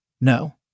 No